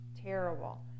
terrible